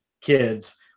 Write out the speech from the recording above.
kids